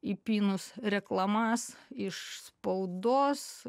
įpynus reklamas iš spaudos